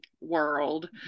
world